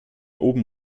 oben